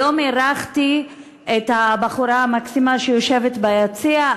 היום אירחתי את הבחורה המקסימה שיושבת ביציע,